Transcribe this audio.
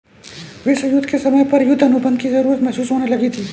विश्व युद्ध के समय पर युद्ध अनुबंध की जरूरत महसूस होने लगी थी